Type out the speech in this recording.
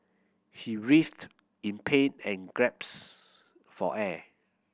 he writhed in pain and grasps for air